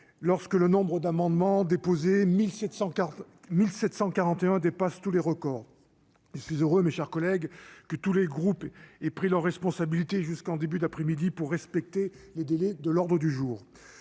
lorsque le nombre d'amendements déposés, 1740 1741 dépasse tous les records et six heures mes chers collègues, que tous les groupes et et pris leurs responsabilités jusqu'en début d'après-midi pour respecter le délai de l'ordre du jour,